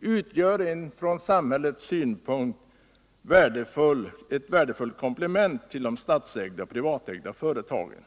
utgör ett från samhällets synpunkt värdefullt komplement till de statsägda och privatägda företagen.